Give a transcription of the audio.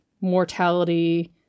mortality